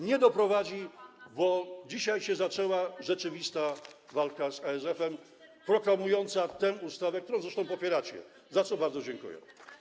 Nie doprowadzi, bo dzisiaj się zaczęła rzeczywista walka z ASF-em proklamowana przez tę ustawę, którą zresztą popieracie, za co bardzo dziękuję.